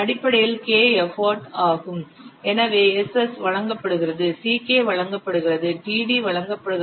அடிப்படையில் K effort ஆகும் எனவே Ss வழங்கப்படுகிறது Ck வழங்கப்படுகிறது td வழங்கப்படுகிறது